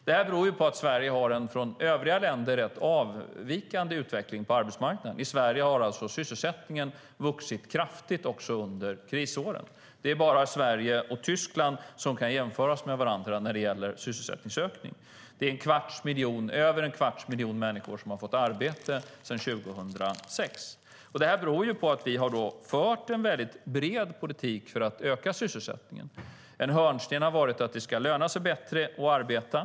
Detta beror på att Sverige har en utveckling på arbetsmarknaden som avviker rätt mycket från övriga länder. I Sverige har sysselsättningen vuxit kraftigt också under krisåren. Det är bara Sverige och Tyskland som kan jämföra sig med varandra när det gäller sysselsättningsökning. Över en kvarts miljon människor har fått arbete sedan 2006. Det beror på att vi har fört en bred politik för att öka sysselsättningen. En hörnsten har varit att det ska löna sig bättre att arbeta.